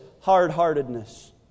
hard-heartedness